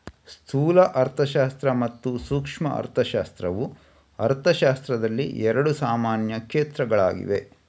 ಸ್ಥೂಲ ಅರ್ಥಶಾಸ್ತ್ರ ಮತ್ತು ಸೂಕ್ಷ್ಮ ಅರ್ಥಶಾಸ್ತ್ರವು ಅರ್ಥಶಾಸ್ತ್ರದಲ್ಲಿ ಎರಡು ಸಾಮಾನ್ಯ ಕ್ಷೇತ್ರಗಳಾಗಿವೆ